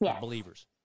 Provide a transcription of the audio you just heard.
believers